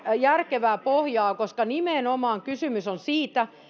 järkevää pohjaa nimenomaan kysymys on siitä